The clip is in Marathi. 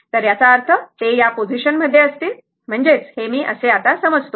तर याचा अर्थ ते या पोझीशन मध्ये असतील म्हणजेच हे असे आता समजतो